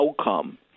outcome